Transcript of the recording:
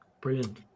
Brilliant